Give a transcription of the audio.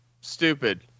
stupid